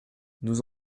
nous